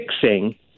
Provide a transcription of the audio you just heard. fixing